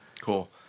Cool